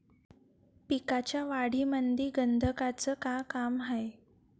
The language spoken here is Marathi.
पिकाच्या वाढीमंदी गंधकाचं का काम हाये?